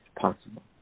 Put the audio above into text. possible